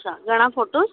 हा घणा फोटोस